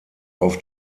auf